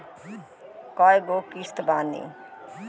कय गो किस्त बानी?